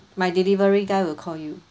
my delivery guy will call you